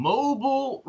Mobile